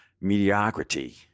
mediocrity